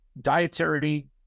dietary